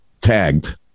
tagged